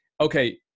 okay